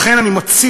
לכן אני מציע,